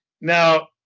Now